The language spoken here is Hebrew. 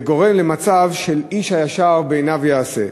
והדבר גורם למצב של "איש הישר בעיניו יעשה".